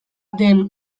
den